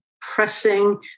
pressing